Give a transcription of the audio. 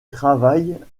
travaille